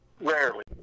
Rarely